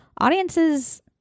audiences